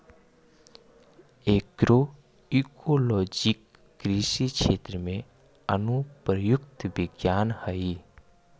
agroecology कृषि क्षेत्र में अनुप्रयुक्त विज्ञान हइ